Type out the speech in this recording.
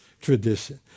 tradition